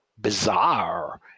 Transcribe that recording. bizarre